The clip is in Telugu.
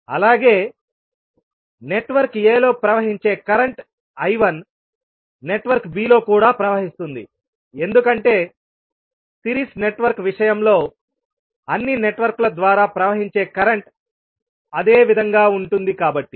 అలాగే నెట్వర్క్ a లో ప్రవహించే కరెంట్ I1 నెట్వర్క్ b లో కూడా ప్రవహిస్తుంది ఎందుకంటే సిరీస్ నెట్వర్క్ విషయంలో అన్ని నెట్వర్క్ల ద్వారా ప్రవహించే కరెంట్ అదే విధంగా ఉంటుంది కాబట్టి